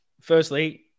Firstly